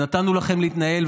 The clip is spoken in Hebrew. ונתנו לכם להתנהל,